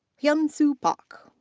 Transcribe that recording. hyun su park.